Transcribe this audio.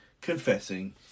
confessing